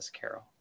Carol